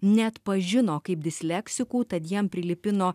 neatpažino kaip disleksikų tad jiem prilipino